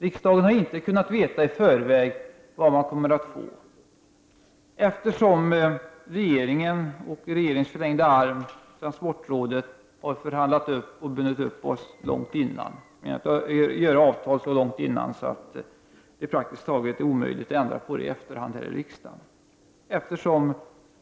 Riksdagen har inte i förväg kunnat veta vad man kommer att få, eftersom regeringen och regeringens förlängda arm, transportrådet, har förhandlat och bundit upp oss långt i förväg genom att träffa avtal så tidigt att det är praktiskt taget omöjligt att ändra på dem när ärendena behandlas här i riksdagen.